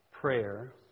prayer